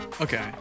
Okay